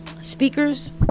Speakers